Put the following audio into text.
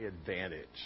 advantage